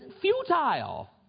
futile